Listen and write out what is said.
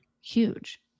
huge